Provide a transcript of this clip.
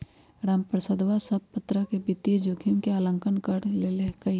रामप्रसादवा सब प्तरह के वित्तीय जोखिम के आंकलन कर लेल कई है